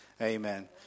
amen